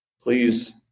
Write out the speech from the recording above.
Please